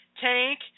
Tank